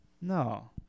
No